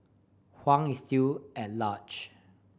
Huang is still at large